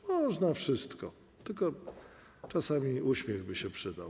Można wszystko, tylko czasami uśmiech też by się przydał.